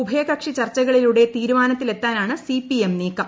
ഉഭയകക്ഷി ചർച്ചകളിലൂടെ തീരുമാനത്തിലെത്താനാണ് സിപിഎം നീക്കം